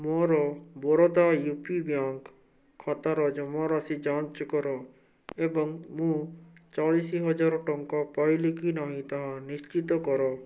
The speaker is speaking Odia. ମୋର ବରୋଦା ୟୁ ପି ବ୍ୟାଙ୍କ୍ ଖାତାର ଜମାରାଶି ଯାଞ୍ଚ କର ଏବଂ ମୁଁ ଚାଳିଶ ହଜାର ଟଙ୍କା ପାଇଲି କି ନାହିଁ ତାହା ନିଶ୍ଚିତ କର